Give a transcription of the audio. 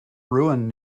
ruined